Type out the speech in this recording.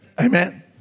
Amen